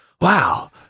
Wow